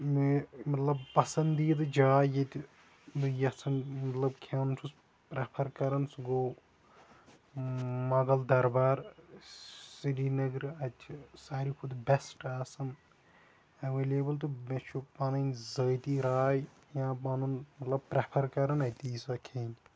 مےٚ مطلب پَسندیٖدٕ جاے ییٚتہِ بہٕ یَژھان مطلب کھٮ۪ن چھُس پریفر کران گوٚو مۄغل دربار سری نگرٕ اَتہِ چھ ساروے کھۄتہٕ بیسٹ آسان اویلیبل تہٕ مےٚ چھُ پَنٕنۍ ذٲتی راے یا پَنُن مطلب پریفر کران اَتی سۄ کھیٚنۍ